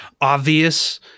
obvious